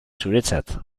zuretzat